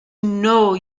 know